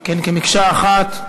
כמקשה אחת.